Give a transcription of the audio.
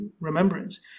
remembrance